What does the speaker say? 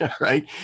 right